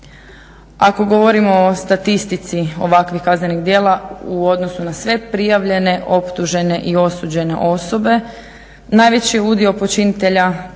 Ako govorimo o statistici ovakvih kaznenih djela u odnosu na sve prijavljene optužene i osuđene osobe najveći udio počinitelja tri